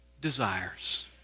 desires